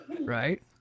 Right